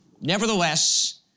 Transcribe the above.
Nevertheless